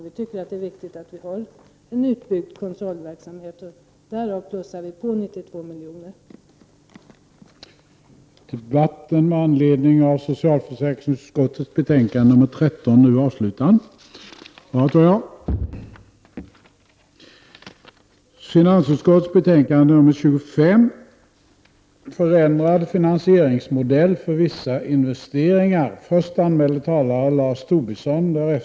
Vi tycker att det är viktigt att det finns en utbyggd kontrollverksamhet, och det är ett skäl till att vi vill plussa på 92 miljoner kronor.